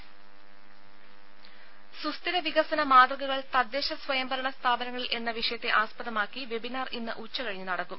രദേ സുസ്ഥിര വികസന മാത്വകകൾ തദ്ദേശ സ്വയംഭരണ സ്ഥാപനങ്ങളിൽ എന്ന വിഷയത്തെ ആസ്പദമാക്കി വെബിനാർ ഇന്ന് ഉച്ചകഴിഞ്ഞ് നടക്കും